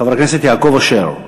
חבר הכנסת יעקב אשר.